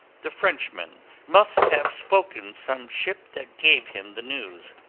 the frenchman must have spoken some ship that gave him the news.